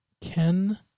Ken